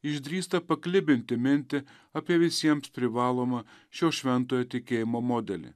išdrįsta paklibinti mintį apie visiems privalomą šio šventojo tikėjimo modelį